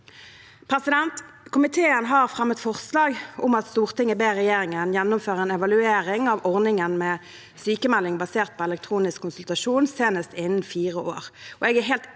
Komiteen har fremmet forslag om at Stortinget ber regjeringen gjennomføre en evaluering av ordningen med sykmelding basert på elektronisk konsultasjon, senest innen fire år.